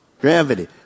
gravity